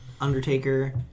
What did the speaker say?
Undertaker